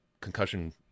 concussion